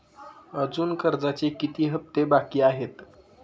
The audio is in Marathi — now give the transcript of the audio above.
अजुन कर्जाचे किती हप्ते बाकी आहेत?